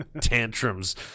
tantrums